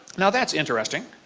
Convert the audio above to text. now that's interesting.